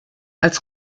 als